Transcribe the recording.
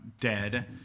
dead